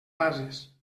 bases